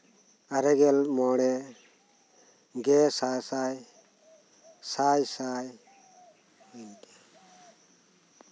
ᱟᱨᱮᱜᱮᱞ ᱢᱚᱬᱮ ᱜᱮ ᱥᱟᱥᱟᱭ ᱥᱟᱭᱥᱟᱭ ᱦᱩᱢ